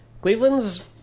Cleveland's